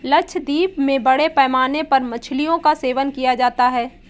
लक्षद्वीप में बड़े पैमाने पर मछलियों का सेवन किया जाता है